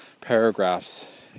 paragraphs